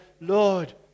Lord